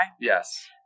Yes